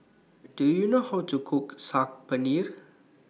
Do YOU know How to Cook Saag Paneer